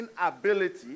inability